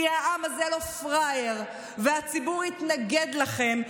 כי העם הזה לא פראייר והציבור יתנגד לכם.